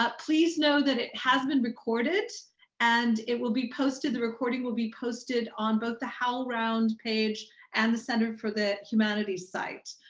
but please know that it has been recorded and it will be posted. the recording will be posted on both the howlround page and the center for the humanities site.